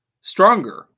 stronger